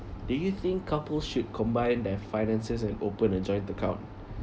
do you think couples should combine their finances and open a joint account